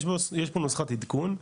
יש בו נוסחת עדכון,